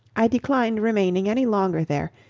i declined remaining any longer there,